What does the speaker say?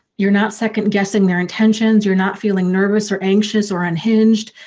you're not second-guessing their intentions you're not feeling nervous or anxious or unhinged.